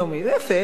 זה יפה.